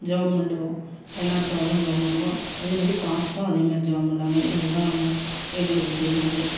ஜெபம் பண்ணுவோம் எல்லாருக்காகவும் ஜெபம் பண்ணுவோம் அதே மாதிரி பாஸ்ட்ரும் அதே மாதிரி ஜெபம் பண்ணுவாங்க இது தான் எங்களுக்கு தெரிஞ்சது